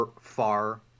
far